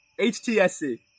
HTSC